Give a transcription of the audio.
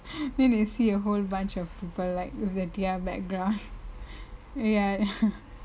then they see a whole bunch of people like with the T_R background